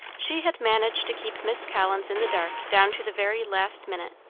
she had managed to keep miss collins in the dark down to the very last minute,